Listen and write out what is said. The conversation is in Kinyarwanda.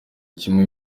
kimwe